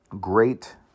great